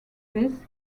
this